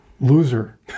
Loser